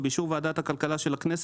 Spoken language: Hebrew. ובאישור ועדת הכלכלה של הכנסת,